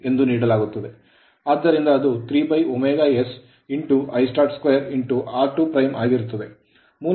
ಆದ್ದರಿಂದ ಅದು 3s Istart2 r2ಆಗಿರುತ್ತದೆ